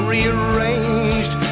rearranged